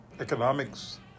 economics